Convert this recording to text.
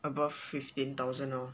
about fifteen thousand lor